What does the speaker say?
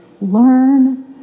Learn